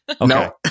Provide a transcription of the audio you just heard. No